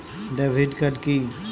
Debit card কি?